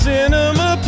Cinema